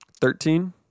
Thirteen